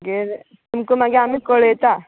मागीर तुका मागीर आमी कळयता